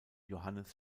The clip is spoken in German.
johannes